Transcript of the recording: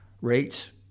rates